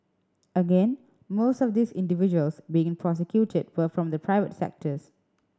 again most of these individuals being prosecuted were from the private sectors